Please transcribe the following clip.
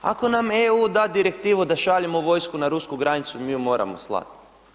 Ako nam EU da direktivu da šaljemo vojsku na rusku granicu mi ju moramo slati.